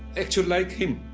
actually like him.